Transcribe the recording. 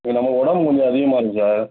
நமக்கு உடம்பு கொஞ்சம் அதிகமாக இருக்குது சார்